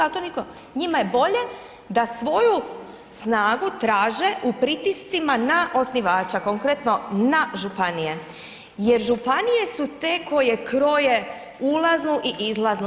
Njima je bolje da svoju snagu traže u pritiscima na osnivača, konkretno na županije jer županije su te koje kroje ulazno i izlazno.